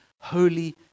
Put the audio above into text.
holy